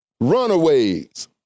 Runaways